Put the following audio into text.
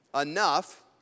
enough